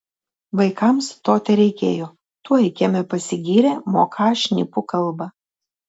vaikams to tereikėjo tuoj kieme pasigyrė moką šnipų kalbą